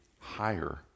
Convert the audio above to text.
higher